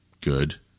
good